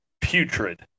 putrid